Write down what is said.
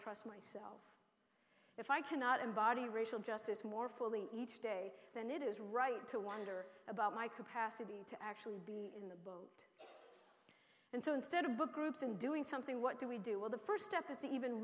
trust myself if i cannot in body racial justice more fully each day than it is right to wonder about my capacity to actually be and so instead of book groups and doing something what do we do with the first step is to even